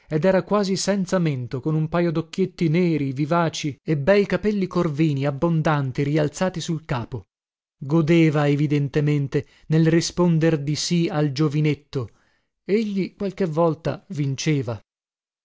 ed era quasi senza mento con un pajo docchietti neri vivaci e bei capelli corvini abbondanti rialzati sul capo godeva evidentemente nel risponder di sì al giovinetto egli qualche volta vinceva